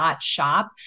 shop